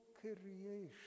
creation